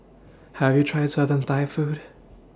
have you tried southern Thai food